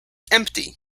empty